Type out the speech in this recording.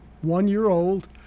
one-year-old